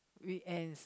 weekends